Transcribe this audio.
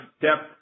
depth